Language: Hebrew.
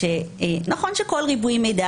נכון שכל ריבוי מידע,